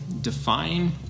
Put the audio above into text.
define